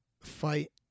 fight